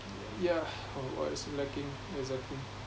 yeah on what is lacking exactly